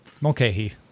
Mulcahy